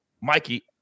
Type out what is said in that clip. Mikey